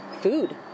Food